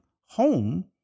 home